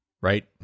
right